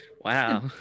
wow